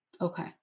Okay